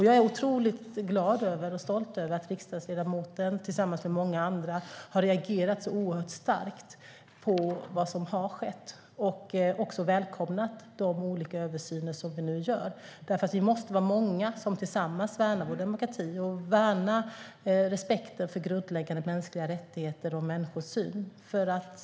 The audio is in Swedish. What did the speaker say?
Jag är otroligt glad och stolt över att riksdagsledamoten, tillsammans med många andra, har reagerat så oerhört starkt på vad som har skett och också välkomnat de olika översyner som vi nu gör. Vi måste nämligen vara många som tillsammans värnar vår demokrati, respekten för grundläggande mänskliga rättigheter och vår människosyn.